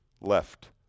left